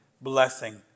blessing